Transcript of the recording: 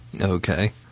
Okay